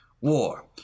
war